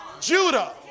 Judah